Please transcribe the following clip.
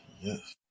Yes